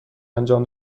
انجام